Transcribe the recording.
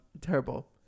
terrible